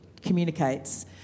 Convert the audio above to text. communicates